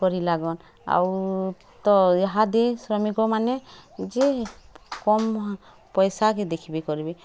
କରି ଲାଗନ୍ ଆଉ ତ ଇହାଦେ ଶ୍ରମିକମାନେ ଯେ କମ୍ ପଇସାକେ ଦେଖ୍ବେ କର୍ବେ